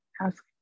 ask